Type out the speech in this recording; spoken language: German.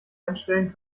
einstellen